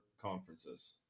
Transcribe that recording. conferences